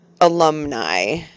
alumni